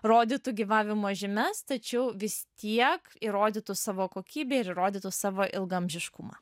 rodytų gyvavimo žymes tačiau vis tiek įrodytų savo kokybę ir įrodytų savo ilgaamžiškumą